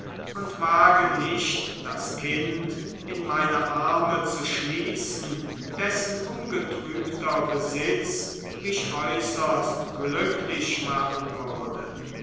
und wage nicht das kind in meine arme zu schließen dessen ungetrübter besitz mich äußerst glücklich machen würde